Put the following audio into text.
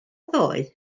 ddoe